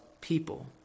people